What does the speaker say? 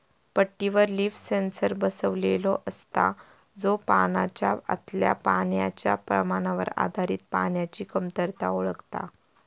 पट्टीवर leaf sensor बसवलेलो असता, जो पानाच्या आतल्या पाण्याच्या प्रमाणावर आधारित पाण्याची कमतरता ओळखता